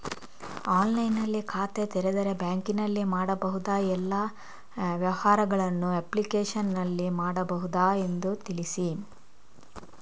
ಆನ್ಲೈನ್ನಲ್ಲಿ ಖಾತೆ ತೆರೆದರೆ ಬ್ಯಾಂಕಿನಲ್ಲಿ ಮಾಡಬಹುದಾ ಎಲ್ಲ ವ್ಯವಹಾರಗಳನ್ನು ಅಪ್ಲಿಕೇಶನ್ನಲ್ಲಿ ಮಾಡಬಹುದಾ ಎಂದು ತಿಳಿಸಿ?